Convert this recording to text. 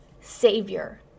savior